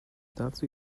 dazu